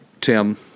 Tim